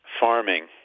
farming